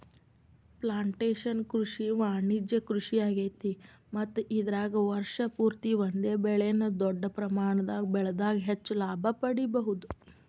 plantation ಕೃಷಿ ವಾಣಿಜ್ಯ ಕೃಷಿಯಾಗೇತಿ ಮತ್ತ ಇದರಾಗ ವರ್ಷ ಪೂರ್ತಿ ಒಂದೇ ಬೆಳೆನ ದೊಡ್ಡ ಪ್ರಮಾಣದಾಗ ಬೆಳದಾಗ ಹೆಚ್ಚ ಲಾಭ ಪಡಿಬಹುದ